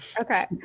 Okay